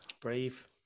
Brave